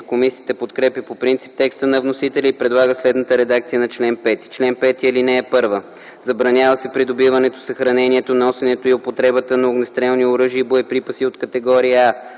Комисията подкрепя по принцип текста на вносителя и предлага следната редакция на чл. 5: „Чл. 5. (1) Забранява се придобиването, съхранението, носенето и употребата на огнестрелни оръжия и боеприпаси от категория А: